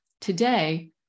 Today